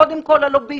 קודם כל הלוביסטים.